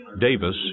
Davis